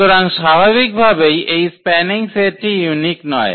সুতরাং স্বাভাবিকভাবেই এই স্প্যানিং সেটটি ইউনিক নয়